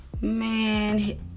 Man